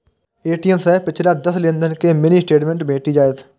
ATM सं पिछला दस लेनदेन के मिनी स्टेटमेंट भेटि जायत